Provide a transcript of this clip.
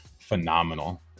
phenomenal